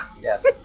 Yes